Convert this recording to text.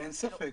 אין ספק,